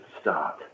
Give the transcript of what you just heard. start